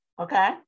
okay